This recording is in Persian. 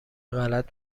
غلط